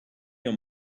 your